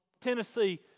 Tennessee